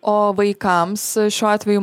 o vaikams šiuo atveju